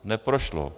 Neprošlo.